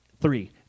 Three